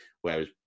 whereas